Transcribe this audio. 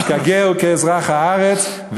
כגר וכאזרח הארץ,